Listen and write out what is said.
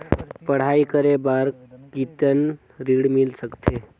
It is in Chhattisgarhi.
पढ़ाई करे बार कितन ऋण मिल सकथे?